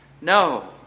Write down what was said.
No